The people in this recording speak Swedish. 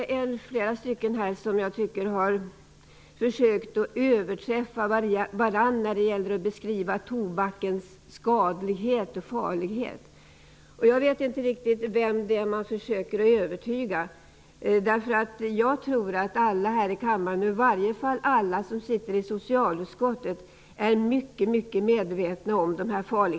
Jag tycker att flera talare här har försökt överträffa varandra i att beskriva tobakens skadlighet och farlighet. Jag vet inte riktigt vem det är man försöker övertyga. Jag tror nämligen att alla här i kammaren, i varje fall alla som sitter i socialutskottet, är mycket mycket medvetna om dessa faror.